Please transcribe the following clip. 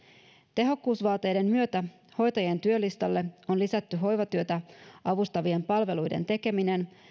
tehokkuusvaateiden myötä hoitajien työlistalle on lisätty hoivatyötä avustavien palveluiden tekeminen